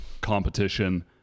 competition